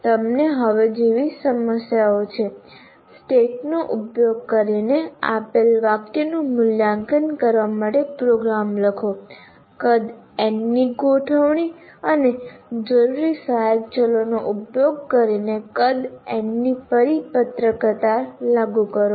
તમને હવે જેવી સમસ્યાઓ છે સ્ટેકનો ઉપયોગ કરીને આપેલ વાકયનું મૂલ્યાંકન કરવા માટે પ્રોગ્રામ લખો કદ n ની ગોઠવણી અને જરૂરી સહાયક ચલોનો ઉપયોગ કરીને કદ n ની પરિપત્ર કતાર લાગુ કરો